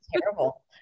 terrible